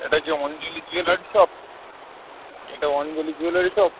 এটা কি Anjali jewellery shop এটা অঞ্জলি জুয়েলারি শপ